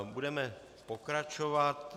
Budeme pokračovat.